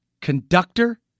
conductor